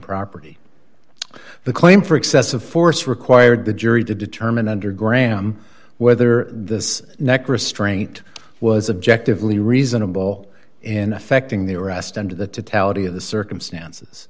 property the claim for excessive force required the jury to determine under graham whether this neck restraint was objective lee reasonable in affecting the arrest under the to tally of the circumstances